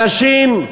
אנשים,